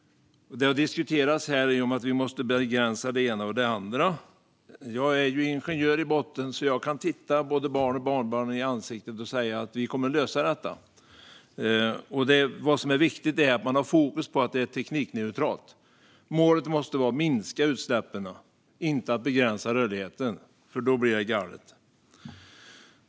Det har diskuterats här att vi måste begränsa det ena och det andra. Jag är ingenjör i botten, så jag kan se både barn och barnbarn i ögonen och säga att vi kommer att lösa det här. Vad som är viktigt är att ha fokus på att det är teknikneutralt. Målet måste vara att minska utsläppen, inte att begränsa rörligheten, för då blir det galet.